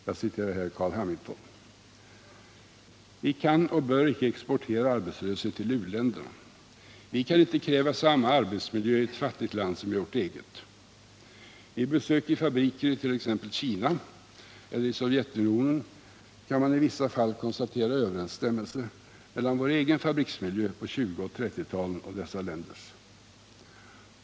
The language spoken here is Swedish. Jag refererar här Carl Hamilton. Vi kan och bör icke exportera arbetslöshet till u-länderna. Vi kan inte kräva samma arbetsmiljö i ett fattigt land som i vårt eget. Vid besök i fabriker i t.ex. Kina eller Sovjetunionen kan man i vissa fall konstatera överensstämmelse mellan vår egen fabriksmiljö på 1920 och 1930-talen och dessa länders.